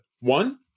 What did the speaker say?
One